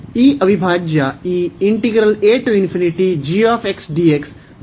ಈ ಅವಿಭಾಜ್ಯ ಈ ದೊಡ್ಡ ಮೌಲ್ಯವನ್ನು ಹೊಂದಿರುತ್ತದೆ